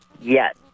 Yes